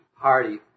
party